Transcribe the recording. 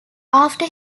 after